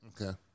Okay